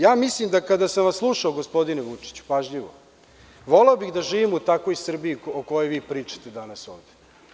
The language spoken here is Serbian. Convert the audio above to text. Ja mislim da kada sam vas slušao, gospodine Vučiću, pažljivo, voleo bih da živim u takvoj Srbiji o kojoj vi pričate danas ovde.